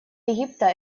египта